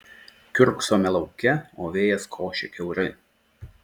kiurksome lauke o vėjas košia kiaurai